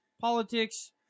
politics